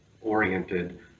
oriented